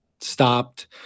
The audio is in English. stopped